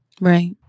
Right